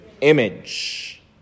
image